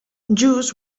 jews